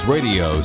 Radio